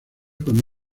con